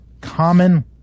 common